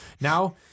Now